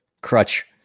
crutch